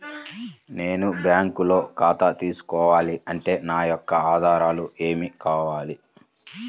నేను బ్యాంకులో ఖాతా తీసుకోవాలి అంటే నా యొక్క ఆధారాలు ఏమి కావాలి?